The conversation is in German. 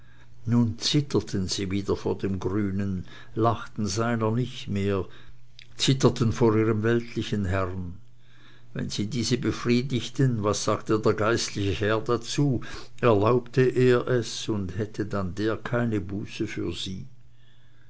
nun zitterten sie wieder vor dem grünen lachten seiner nicht mehr zitterten vor ihrem weltlichen herrn wenn sie diese befriedigten was sagte der geistliche herr dazu erlaubte er es und hätte dann der keine buße für sie